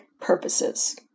purposes